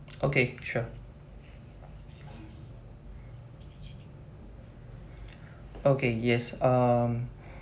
okay sure okay yes um